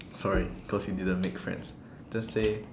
sorry cause you didn't make friends just say